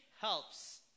helps